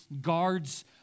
guards